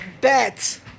Bet